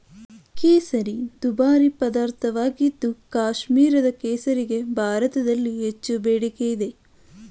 ಕೇಸರಿ ದುಬಾರಿ ಪದಾರ್ಥವಾಗಿದ್ದು ಕಾಶ್ಮೀರದ ಕೇಸರಿಗೆ ಭಾರತದಲ್ಲಿ ಹೆಚ್ಚು ಬೇಡಿಕೆ ಇದೆ